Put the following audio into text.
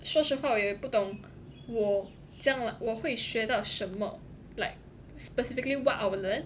说实话我也不懂我将来我会学到什么 like specifically what I will learn